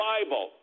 Bible